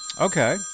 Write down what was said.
okay